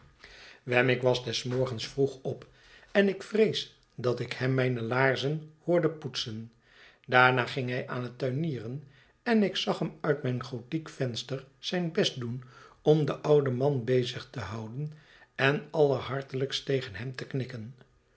wemmick was des morgens vroeg op en ik vrees dat ik hem mijne laarzen hoorde poetsen daarna ging hij aan het tuinieren en ik zag hem uit mijn gothiek venster z yn best doen om den ouden man bezig te houden en allerhartelijkst tegen hem te knikken